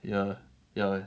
ya ya